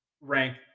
rank